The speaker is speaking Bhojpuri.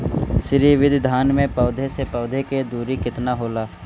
श्री विधि धान में पौधे से पौधे के दुरी केतना होला?